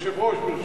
היושב-ראש, ברשותך.